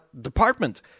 Department